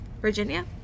Virginia